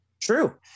True